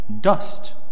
dust